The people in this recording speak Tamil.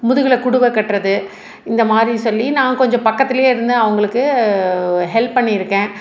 முதுகில் குடுவை கட்டுறது இந்த மாதிரி சொல்லி நான் கொஞ்சம் பக்கத்துலேயே இருந்து அவங்களுக்கு ஹெல்ப் பண்ணியிருக்கேன்